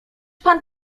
pan